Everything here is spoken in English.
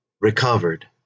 recovered